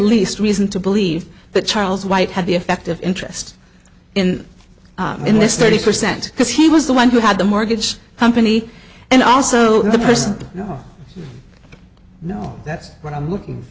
least reason to believe that charles white had the effect of interest in in this thirty percent because he was the one who had the mortgage company and also the person you know that's what i'm looking